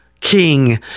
king